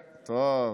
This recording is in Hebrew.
" טוב.